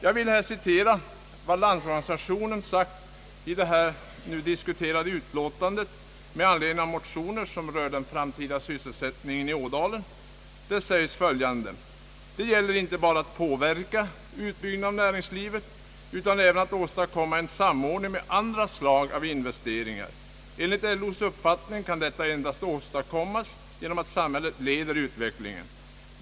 Jag vill citera vad Landsorganisationen sagt i det nu diskuterade utskottsutilåtandet med anledning av motioner som rör den framtida sysselsättningen i Ådalen: »Det gäller inte bara att påverka utbyggnaden av näringslivet utan även att åstadkomma en samordning med andra slag av investeringar. Enligt LO:s uppfattning kan detta endast åstadkommas genom att samhället leder utvecklingen.